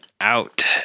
out